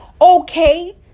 okay